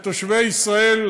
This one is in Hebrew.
לתושבי ישראל,